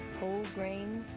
whole grains,